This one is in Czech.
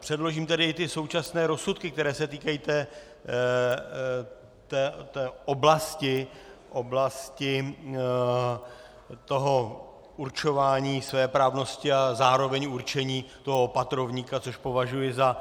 Předložím tedy i ty současné rozsudky, které se týkají oblasti určování svéprávnosti a zároveň určení opatrovníka, což považuji za